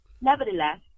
Nevertheless